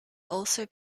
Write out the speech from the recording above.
also